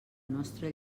nostre